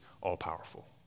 all-powerful